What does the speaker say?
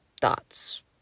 thoughts